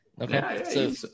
Okay